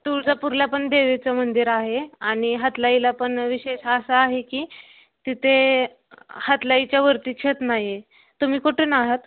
तुळजपूरला पण देवीचं मंदिर आहे आणि हातलाईला पण विशेष असा आहे की तिथे हातलाईच्या वरती छत नाही आहे तुम्ही कुठून आहात